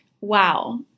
wow